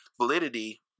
validity